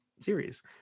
series